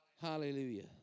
Hallelujah